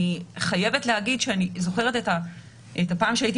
אני חייבת להגיד שאני זוכרת את הפעם שהייתי